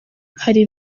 hari